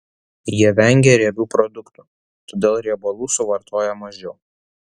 jie vengia riebių produktų todėl riebalų suvartoja mažiau